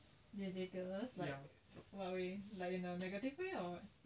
ridiculous like what like in a negative way or what